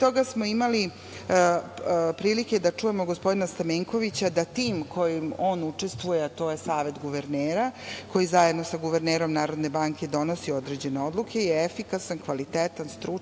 pre toga smo imali prilike da čujemo gospodina Stamenkovića da tim kojim on učestvuje, a to je Savet guvernera, koji zajedno sa guvernerom Narodne banke donosi određene odluke je efikasan, kvalitetan, stručan